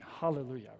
Hallelujah